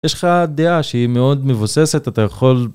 יש לך דעה שהיא מאוד מבוססת, אתה יכול...